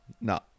No